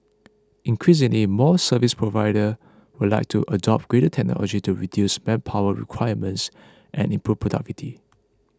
increasingly more service provider would like to adopt greater technology to reduce manpower requirements and improve productivity